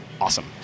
awesome